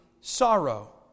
sorrow